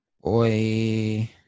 Boy